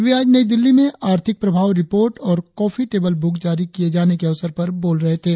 वे आज नई दिल्ली में आर्थिक प्रभाव रिपोर्ट और कॉफी टेबल बुक जारी किए जाने के अवसर पर बोल रहे थे